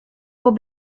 will